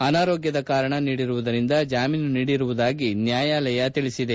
ಅನಾರೋಗ್ಯದ ಕಾರಣ ನೀಡಿರುವುದರಿಂದ ಜಾಮೀನು ನೀಡಿರುವುದಾಗಿ ನ್ಯಾಯಾಲಯ ತಿಳಿಸಿದೆ